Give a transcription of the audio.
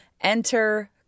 Enter